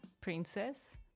princess